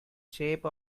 shape